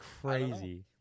crazy